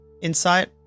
insight